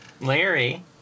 Larry